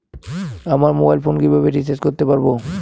আমার mobile phone কিভাবে recharge করতে পারব?